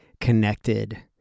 connected